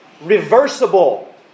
reversible